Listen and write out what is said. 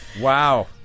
Wow